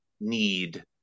need